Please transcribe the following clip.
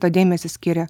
tą dėmesį skiria